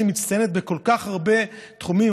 שמצטיינת בכל כך הרבה תחומים,